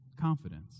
confidence